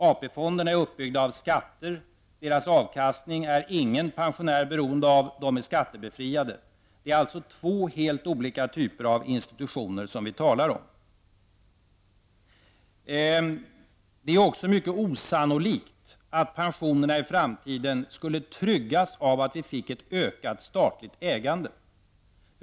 AP fonderna är uppbyggda av skatter, deras avkastning är ingen pensionär beroende av. De är skattebefriade. Det är alltså två helt olika typer av institutioner som vi talar om. Det är också mycket osannolikt att de framtida pensionerna skall tryggas av att vi får ett ökat statligt ägande.